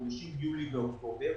בראשית יולי ובאוקטובר.